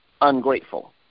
ungrateful